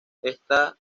esta